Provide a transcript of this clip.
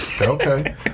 Okay